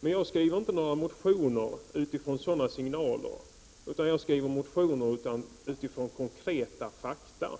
Men jag skriver inte motioner utifrån sådana signaler, utan jag skriver motioner utifrån konkreta fakta.